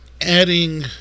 adding